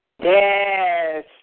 Yes